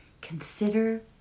consider